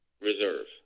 Reserve